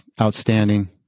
Outstanding